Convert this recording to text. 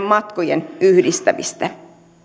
matkojen yhdistämistä